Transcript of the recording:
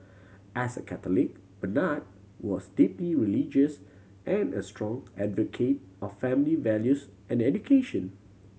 as a Catholic Bernard was deeply religious and a strong advocate of family values and education